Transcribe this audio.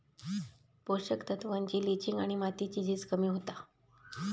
पोषक तत्त्वांची लिंचिंग आणि मातीची झीज कमी होता